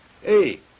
hey